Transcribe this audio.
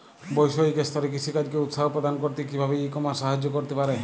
বৈষয়িক স্তরে কৃষিকাজকে উৎসাহ প্রদান করতে কিভাবে ই কমার্স সাহায্য করতে পারে?